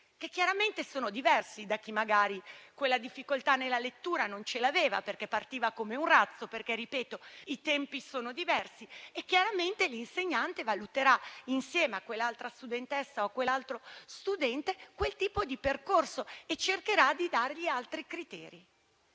che chiaramente sono diversi da chi magari quella difficoltà nella lettura non ce l'aveva, perché partiva come un razzo (ripeto che i tempi sono diversi). Chiaramente l'insegnante valuterà, insieme a quella studentessa o a quello studente, il tipo di percorso e cercherà di dargli altri criteri.